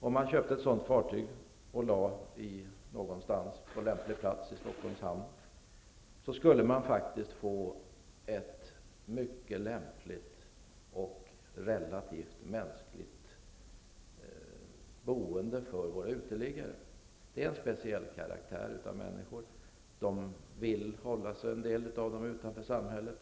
Om man köpte ett sådant fartyg och lade det på en passande plats i Stockholms hamn, skulle man få ett mycket lämpligt och relativt mänskligt boende för uteliggarna. Det är en speciell kategori människor, och en del av dem vill hålla sig utanför samhället.